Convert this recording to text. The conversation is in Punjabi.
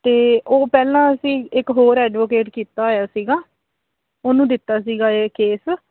ਅਤੇ ਉਹ ਪਹਿਲਾਂ ਅਸੀਂ ਇੱਕ ਹੋਰ ਐਡਵੋਕੇਟ ਕੀਤਾ ਹੋਇਆ ਸੀਗਾ ਉਹਨੂੰ ਦਿੱਤਾ ਸੀਗਾ ਇਹ ਕੇਸ